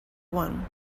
one